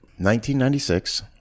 1996